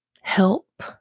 help